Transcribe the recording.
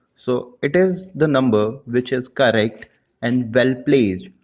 so, it is the number which is correct and well-placed,